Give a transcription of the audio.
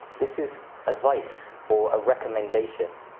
this is advice or a recommendation.